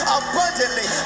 abundantly